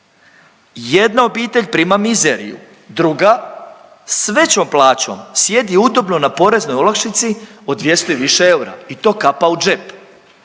Jedna obitelj prima mizeriju, druga s većom plaćom sjedi udobno na poreznoj olakšici od 200 i više eura i to kapa u džep.